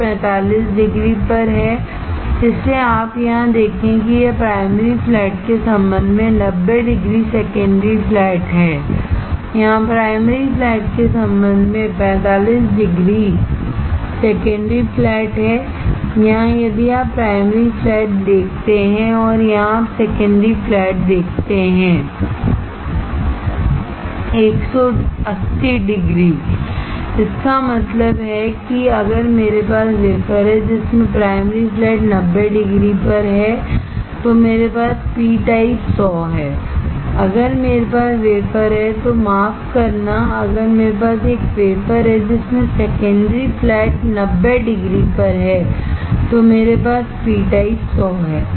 जो 45 डिग्री पर है इसलिए आप यहां देखें कि यह प्राइमरी फ्लैट के संबंध में 90 डिग्री सेकेंडरी फ्लैट है यहां प्राइमरी फ्लैट के संबंध में 45 डिग्री सेकेंडरी फ्लैट है यहां यदि आप प्राइमरी फ्लैट देखते हैं और यहां आप सेकेंडरी फ्लैट देखते हैं 180 डिग्री इसका मतलब है कि अगर मेरे पास वेफर है जिसमें प्राइमरी फ्लैट 90 डिग्री पर है तो मेरे पास पी टाइप 100 है अगर मेरे पास वेफर है तो माफ करना अगर मेरे पास एक वेफर है जिसमें सेकेंडरी फ्लैट 90 डिग्री पर है तो मेरे पास पी टाइप 100 है